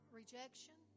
rejection